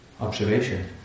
observation